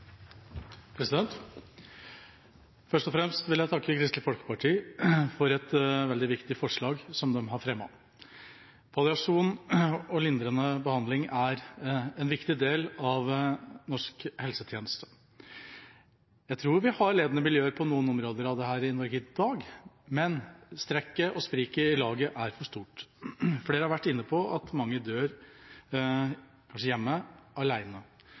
Først og fremst vil jeg takke Kristelig Folkeparti for et veldig viktig forslag som de har fremmet. Palliasjon og lindrende behandling er en viktig del av norsk helsetjeneste. Jeg tror vi har ledende miljøer på noen områder av dette i Norge i dag, men strekket og spriket i laget er for stort. Flere har vært inne på at mange dør, kanskje hjemme,